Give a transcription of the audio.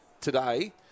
today